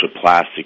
plastic